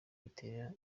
bitera